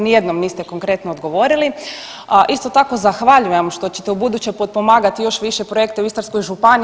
Ni jednom niste konkretno odgovorili, a isto tako zahvaljujem što ćete ubuduće potpomagati još više projekte u Istarskoj županiji.